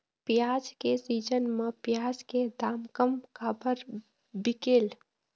प्याज के सीजन म प्याज के दाम कम काबर बिकेल?